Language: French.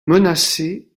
menacées